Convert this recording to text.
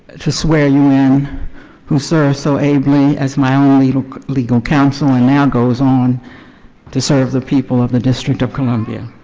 to swear you in who served so ably as my own legal legal counsel and then ah goes on to serve the people of the district of columbia.